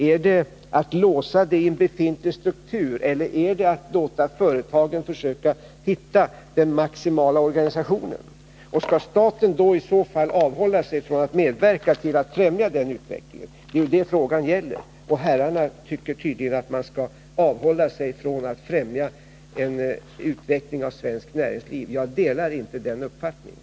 Är det att låsa det i befintlig struktur, eller är det att låta företagen själva försöka hitta den maximala organisationen? Skall staten i så fall avhålla sig från att medverka till att främja den utvecklingen? Det är ju det frågan gäller. Herrarna anser tydligen att man skall avhålla sig från att främja en utveckling av svenskt näringsliv, men jag delar inte den uppfattningen.